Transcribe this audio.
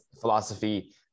philosophy